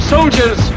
Soldiers